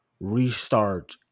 restart